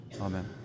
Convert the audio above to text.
Amen